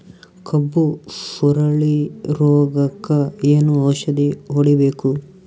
ಕಬ್ಬು ಸುರಳೀರೋಗಕ ಏನು ಔಷಧಿ ಹೋಡಿಬೇಕು?